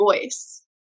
voice